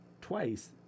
twice